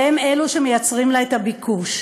והם אלו שמייצרים לה את הביקוש.